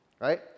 right